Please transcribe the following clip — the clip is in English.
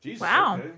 Wow